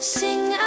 sing